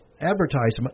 advertisement